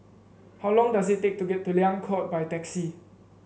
how long does it take to get to Liang Court by taxi